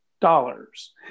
dollars